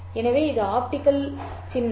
எனவே இது ஆப்டிகல் சின்னம்